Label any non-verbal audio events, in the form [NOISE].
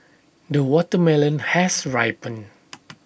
the watermelon has ripened [NOISE]